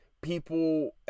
people